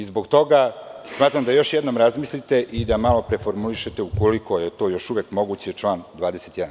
Zbog toga, smatram da još jednom razmislite i da malo preformulišete ukoliko je to još uvek moguće član 21.